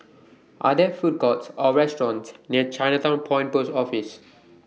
Are There Food Courts Or restaurants near Chinatown Point Post Office